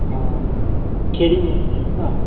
हँ खेरीमे मन्दिर ने